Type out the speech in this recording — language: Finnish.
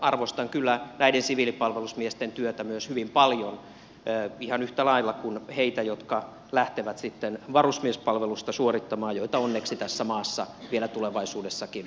arvostan kyllä näiden siviilipalvelusmiesten työtä myös hyvin paljon ihan yhtä lailla kuin heitä jotka lähtevät sitten varusmiespalvelusta suorittamaan joita onneksi tässä maassa vielä tulevaisuudessakin valtaosa tulee olemaan